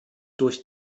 durch